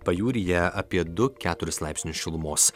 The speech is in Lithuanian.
pajūryje apie du keturis laipsnius šilumos